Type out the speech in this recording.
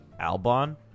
Albon